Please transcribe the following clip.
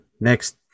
next